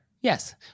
Yes